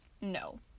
No